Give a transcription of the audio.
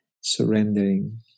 Surrendering